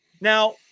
Now